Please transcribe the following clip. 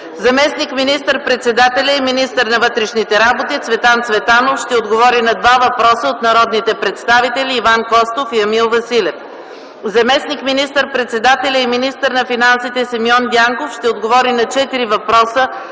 Заместник министър-председателят и министър на вътрешните работи Цветан Цветанов ще отговори на два въпроса от народните представители Иван Костов и Емил Василев. Заместник министър-председателят и министър на финансите Симеон Дянков ще отговори на четири въпроса